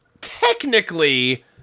technically